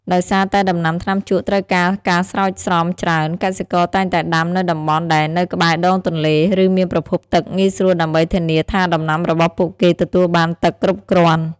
ដោយសារតែដំណាំថ្នាំជក់ត្រូវការការស្រោចស្រពច្រើន កសិករតែងតែដាំនៅតំបន់ដែលនៅក្បែរដងទន្លេ ឬមានប្រភពទឹកងាយស្រួលដើម្បីធានាថាដំណាំរបស់ពួកគេទទួលបានទឹកគ្រប់គ្រាន់។